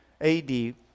AD